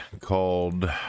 called